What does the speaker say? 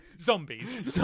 Zombies